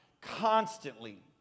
constantly